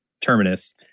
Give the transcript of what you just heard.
Terminus